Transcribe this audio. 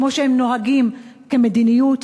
כמו שהם נוהגים כמדיניות,